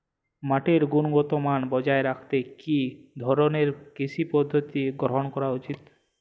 মাটির গুনগতমান বজায় রাখতে কি ধরনের কৃষি পদ্ধতি গ্রহন করা উচিৎ?